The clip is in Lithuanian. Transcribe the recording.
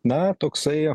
na toksai